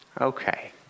Okay